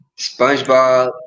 SpongeBob